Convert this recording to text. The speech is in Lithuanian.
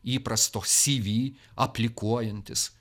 įprasto cv aplikuojantis